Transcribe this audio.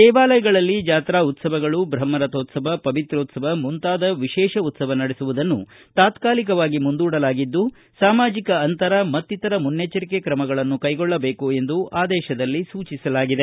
ದೇವಾಲಯಗಳಲ್ಲಿ ಜಾತ್ರಾ ಉತ್ಸವಗಳು ಬ್ರಹ್ಮ ರಥೋತ್ತವ ಪವಿತ್ರೋತ್ತವ ಮುಂತಾದ ವಿಶೇಷ ಉತ್ಸವ ನಡೆಸುವುದನ್ನು ತಾತ್ಕಾಲಿಕವಾಗಿ ಮುಂದೂಡಲಾಗಿದ್ದು ಸಾಮಾಜಿಕ ಅಂತರ ಮತ್ತಿತರ ಮುನ್ನೆಚ್ಚರಿಕೆ ತ್ರಮಗಳನ್ನು ಕೈಗೊಳ್ಳಬೇಕು ಎಂದು ಆದೇತದಲ್ಲಿ ಸೂಚಿಸಲಾಗಿದೆ